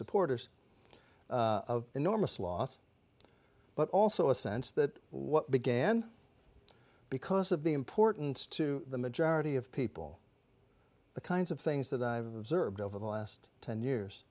supporters enormous loss but also a sense that what began because of the importance to the majority of people the kinds of things that i've observed over the last ten years